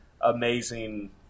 amazing